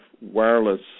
wireless